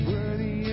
Worthy